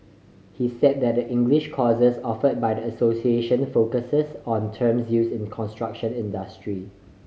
he said that the English courses offered by the association focus on terms used in the construction industry